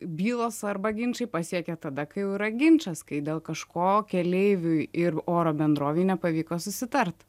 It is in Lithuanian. bylos arba ginčai pasiekia tada kai jau yra ginčas kai dėl kažko keleiviui ir oro bendrovei nepavyko susitart